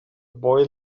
boy